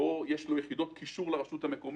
שבו יש לו יחידות קישור לרשות המקומית,